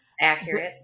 accurate